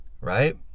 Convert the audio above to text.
right